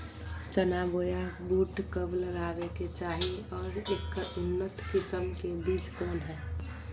चना बोया बुट कब लगावे के चाही और ऐकर उन्नत किस्म के बिज कौन है?